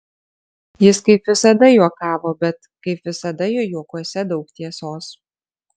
jis kaip visada juokavo bet kaip visada jo juokuose daug tiesos